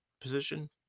position